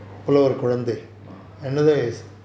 ah